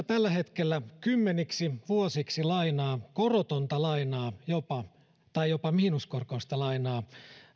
tällä hetkellä kymmeniksi vuosiksi lainaa korotonta lainaa jopa tai jopa miinuskorkoista lainaa